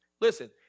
Listen